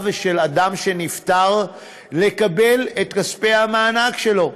של אדם שנפטר לקבל את כספי המענק שלו,